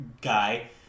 guy